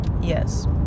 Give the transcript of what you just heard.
Yes